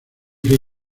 del